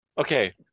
Okay